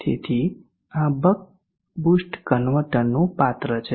તેથી આ buck boost કન્વર્ટરનું પાત્ર છે